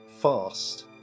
fast